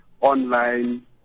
online